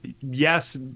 yes